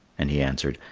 and he answered,